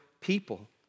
people